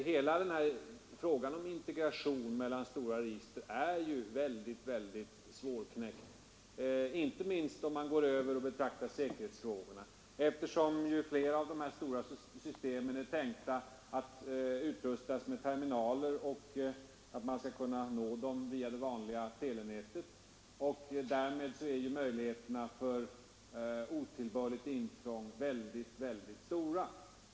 Hela frågan om integration av stora register är svårknäckt, inte minst om man går över till säkerhetsfrågorna, eftersom flera av de stora systemen är tänkta att utrustas med terminaler och kan nås via det vanliga telenätet. Därmed är möjligheterna för otillbörligt intrång synnerligen stora.